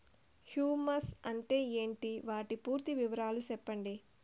Humus అంటే ఏంటి? వాటి పూర్తి వివరాలు సెప్పండి?